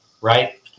right